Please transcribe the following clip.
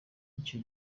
icyo